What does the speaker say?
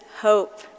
hope